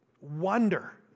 wonder